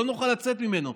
שלא נוכל לצאת ממנו.